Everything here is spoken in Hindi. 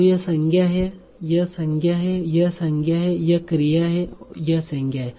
तो यह संज्ञा है यह संज्ञा है यह संज्ञा है यह क्रिया है यह संज्ञा है